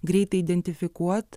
greitai identifikuot